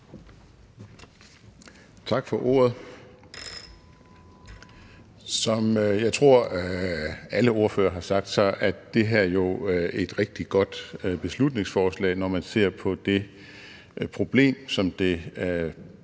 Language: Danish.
Tak for ordet. Som jeg tror alle ordførere har sagt, er det her jo et rigtig godt beslutningsforslag, når man ser på det problem, som det